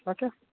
अच्छा